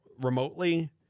remotely